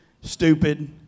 Stupid